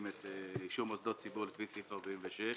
את אישור מוסדות ציבור לפי סעיף 46,